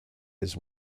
his